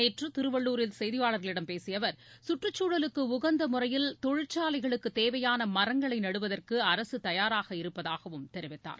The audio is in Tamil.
நேற்று திருவள்ளுரில் செய்தியாளர்களிடம் பேசிய அவர் சுற்றுச்சூழலுக்கு உகந்த முறையில் தொழிற்சாலைகளுக்கு தேவையான மரங்களை நடுவதற்கு அரசு தயாராக இருப்பதாகவும் தெரிவித்தார்